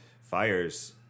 fires